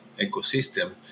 ecosystem